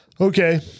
Okay